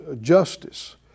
justice